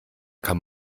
kann